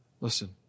Listen